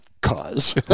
cause